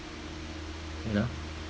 you know